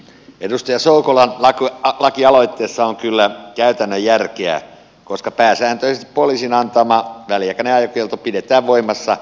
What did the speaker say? edustaja soukolan lakialoitteessa on kyllä käytännön järkeä koska pääsääntöisesti poliisin antama väliaikainen ajokielto pidetään voimassa tuomioistuinkäsittelyyn saakka